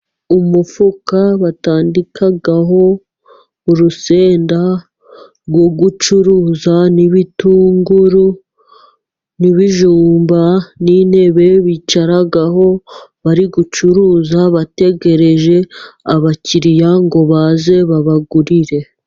Umufuka batandikaho urusenda rwo gucuruza n'ibitunguru n'ibijumba, n'intebe bicaraho bari gucuruza, bategereje abakiriya ngo baze babagurire.